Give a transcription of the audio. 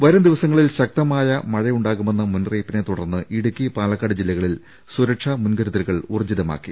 വരും ദിവസങ്ങളിൽ ശക്തമായ മഴയുണ്ടാകുമെന്ന മുന്നറിയിപ്പിനെ തുടർന്ന് ഇടുക്കി പാലക്കാട് ജില്ലകളിൽ സുരക്ഷാ മുൻകരുതലുകൾ ഊർജിതമാക്കി